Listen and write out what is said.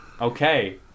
Okay